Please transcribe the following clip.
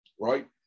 right